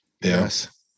Yes